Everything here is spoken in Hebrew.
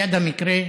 יד המקרה,